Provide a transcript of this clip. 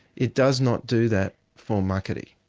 it does not do that for muckaty.